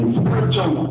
spiritual